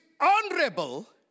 honorable